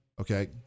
Okay